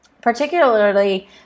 particularly